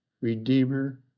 Redeemer